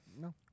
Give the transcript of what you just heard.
No